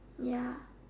ya